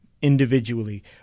individually